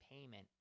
payment